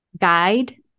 guide